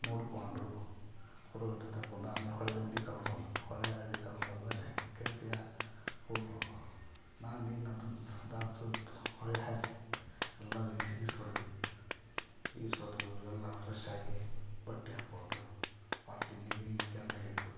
ನೋಡ್ಕೊಂಡು ಫೋಟೊ ಗಿಟೊ ತೆಕ್ಕೊಂಡು ಆಮೇಲೆ ಹೊಳೆ ದಂಡಿಗೆ ಕರ್ಕೊಂಡು ಹೋದ್ರು ಹೊಳೆ ದಂಡಿಗೆ ಕರ್ಕೊಂಡು ಹೋದಮೇಲೆ ಕೇಳ್ತೀಯ ಹುಡುಗ್ರು ನಾನು ನೀನು ಅಂತಂದು ದಾಪ್ ದೂಪ್ ಹೊಳೆ ಹರಿಸಿ ಎಲ್ಲರು ಈಜ್ ಈಜ್ ಹೊಡೆದ್ವಿ ಈಜ್ ಹೊಡೆದ್ವಿ ಎಲ್ಲ ಫ್ರೆಶ್ ಆಗಿ ಬಟ್ಟೆ ಹಾಕ್ಕೊಂಡು ಹೊಟ್ಟಿ ನಿಗಿ ನಿಗಿ ಕೆಂಡ ಆಗಿತ್ತು